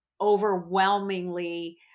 overwhelmingly